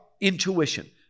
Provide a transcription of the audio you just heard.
intuition